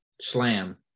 slam